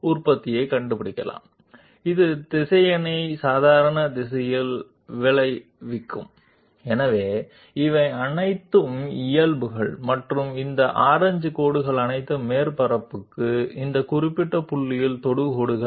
వాటి మధ్య ఉత్పత్తి నార్మల్ డైరెక్షన్ లో వెక్టర్ను అందిస్తుంది కాబట్టి ఇవన్నీ నార్మల్ అవుతాయి మరియు ఈ నారింజ రేఖలన్నీ సర్ఫేస్ పై ఈ నిర్దిష్ట బిందువు వద్ద టాంజెంట్లు